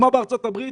כמו בארצות הברית,